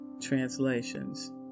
translations